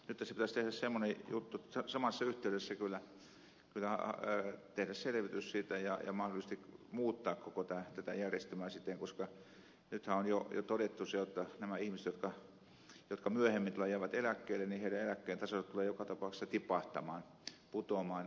minusta nyt tässä pitäisi samassa yhteydessä kyllä tehdä selvitys ja mahdollisesti muuttaa koko tätä järjestelmää koska nythän on jo todettu se jotta näiden ihmisten jotka myöhemmin jäävät eläkkeelle eläkkeen taso tulee joka tapauksessa tipahtamaan putoamaan